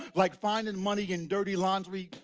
like finding money in dirty laundry,